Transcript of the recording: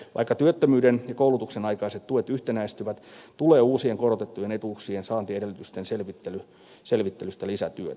vaikka työttömyyden ja koulutuksen aikaiset tuet yhtenäistyvät tulee uusien korotettujen etuuksien saantiedellytysten selvittelystä lisätyötä